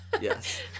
yes